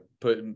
put